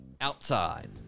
outside